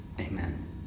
Amen